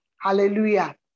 Hallelujah